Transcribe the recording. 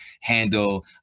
handle